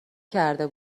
کرده